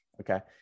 okay